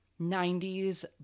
90s